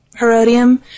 Herodium